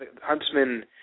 Huntsman